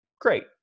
great